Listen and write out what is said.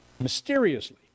mysteriously